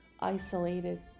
isolated